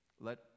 let